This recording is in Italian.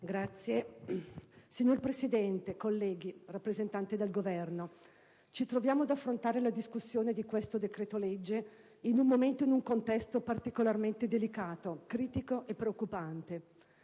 *(PD)*. Signora Presidente, onorevoli colleghi, rappresentanti del Governo, ci troviamo ad affrontare la discussione di questo decreto‑legge in un momento ed in un contesto particolarmente delicato, critico e preoccupante.